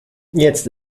jetzt